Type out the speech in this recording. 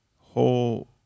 whole